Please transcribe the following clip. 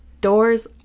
Doors